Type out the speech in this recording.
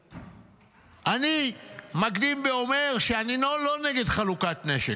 אני מקדים ואומר שאני לא נגד חלוקת נשק.